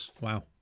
Wow